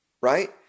right